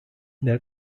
their